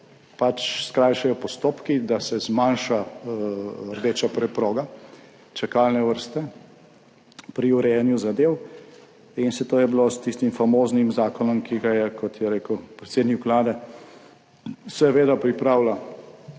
se skrajšajo postopki, da se zmanjša rdeča preproga čakalne vrste pri urejanju zadev. In vse to je bilo s tistim famoznim zakonom, ki ga je, kot je rekel predsednik Vlade, seveda pripravila